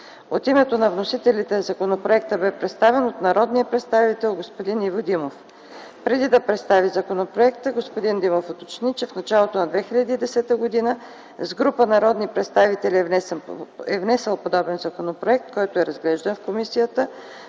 От името на вносителите законопроектът бе представен от народния представител Иво Димов. Преди да представи законопроекта, господин Димов уточни, че в началото на 2010 г. с група народни представители е внесъл подобен законопроект, който е разглеждан в комисията,